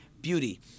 beauty